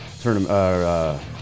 tournament